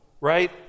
right